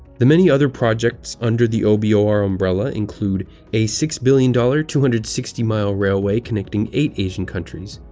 the many other projects under the o b ah o r. umbrella include a six billion dollars, two hundred and sixty mile railway connecting eight asian countries.